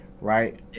right